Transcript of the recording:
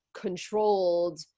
controlled